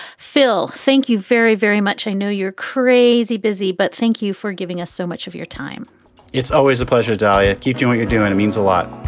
phil, thank you very, very much. i know you're crazy busy, but thank you for giving us so much of your time it's always a pleasure. dalia, how you doing? are doing. it means a lot